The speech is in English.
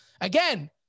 again